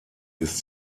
ist